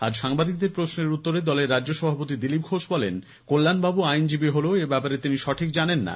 আজ সাংবাদিকদের প্রশ্নের উত্তরে দলের রাজ্য সভাপতি দিলীপ ঘোষ বলেন কল্যাণবাবু আইনজীবী হলেও এব্যাপারে তিনি সঠিক জানেন না